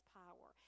power